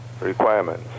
requirements